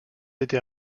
été